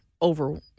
over